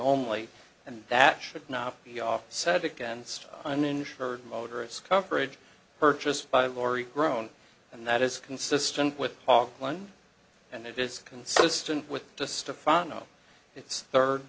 only and that should not be off set against uninsured motorists coverage purchased by lorry grown and that is consistent with one and it is consistent with just a front up it's third